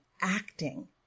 acting